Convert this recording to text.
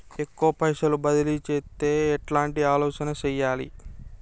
ఎక్కువ పైసలు బదిలీ చేత్తే ఎట్లాంటి ఆలోచన సేయాలి?